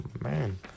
man